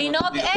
לנהוג איך?